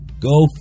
Go